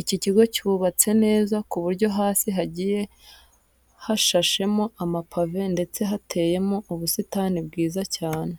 Iki kigo cyubatse neza ku buryo hasi hagiye hashashemo amapave ndetse hateyemo n'ubusitani bwiza cyane.